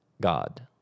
God